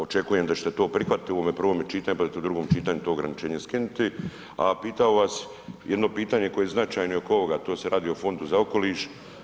Očekujem da ćete to prihvatiti u ovome prvome čitanju pa da to u drugom čitanju to ograničenje skinuti, a pitao bi vas jedno pitanje koje je značajno i oko ovoga, to se radi o Fondu za okoliš.